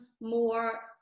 more